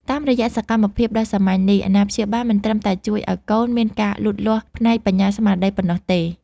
តាមរយៈសកម្មភាពដ៏សាមញ្ញនេះ អាណាព្យាបាលមិនត្រឹមតែជួយឱ្យកូនមានការលូតលាស់ផ្នែកបញ្ញាស្មារតីប៉ុណ្ណោះទេ